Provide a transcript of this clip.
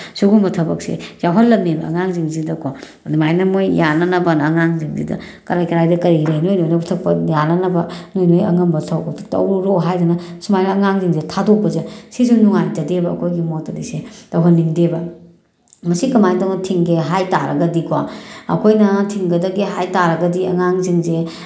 ꯁꯨꯒꯨꯝꯕ ꯊꯕꯛꯁꯦ ꯌꯥꯎꯍꯜꯂꯝꯃꯦꯕ ꯑꯉꯥꯡꯁꯤꯡꯁꯤꯗꯀꯣ ꯑꯗꯨꯃꯥꯏꯅ ꯃꯣꯏ ꯌꯥꯅꯅꯕ ꯑꯉꯥꯡꯁꯤꯡꯁꯤꯗ ꯀꯔꯥꯏ ꯀꯔꯥꯏꯗ ꯀꯔꯤ ꯂꯩ ꯅꯣꯏ ꯅꯣꯏꯟ ꯊꯣꯛꯄ ꯌꯥꯅꯅꯕ ꯅꯣꯏ ꯅꯣꯏ ꯑꯉꯝꯕ ꯇꯧ ꯊꯣꯛꯄꯗꯨ ꯇꯧꯔꯨꯔꯣ ꯍꯥꯏꯗꯅ ꯁꯨꯃꯥꯏꯅ ꯑꯉꯥꯡꯁꯤꯡꯁꯦ ꯊꯥꯗꯣꯛꯄꯁꯦ ꯁꯤꯁꯨ ꯅꯨꯡꯉꯥꯏꯖꯗꯦꯕ ꯑꯩꯈꯣꯏꯒꯤ ꯃꯣꯠꯇꯗꯤ ꯁꯦ ꯇꯧꯍꯟꯅꯤꯡꯗꯦꯕ ꯃꯁꯤ ꯀꯃꯥꯏꯅ ꯇꯧꯅ ꯊꯤꯡꯒꯦ ꯍꯥꯏ ꯇꯥꯔꯒꯗꯤꯀꯣ ꯑꯩꯈꯣꯏꯅ ꯊꯤꯡꯒꯗꯒꯦ ꯍꯥꯏ ꯇꯥꯔꯒꯗꯤ ꯑꯉꯥꯡꯁꯤꯡꯁꯦ